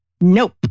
Nope